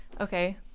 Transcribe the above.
Okay